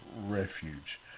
refuge